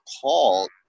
called